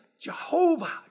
Jehovah